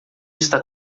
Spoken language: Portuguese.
está